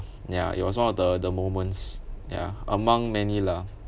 ya it was one of the the moments ya among many lah